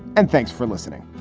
and thanks for listening